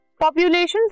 Populations